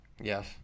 Yes